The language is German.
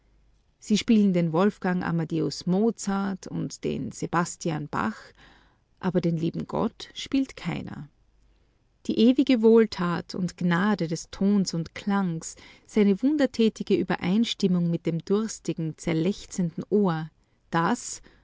sie spielen den wolfgang amadeus mozart und den sebastian bach aber den lieben gott spielt keiner die ewige wohltat und gnade des tons und klangs seine wundertätige übereinstimmung mit dem durstigen zerlechzenden ohr daß